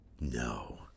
No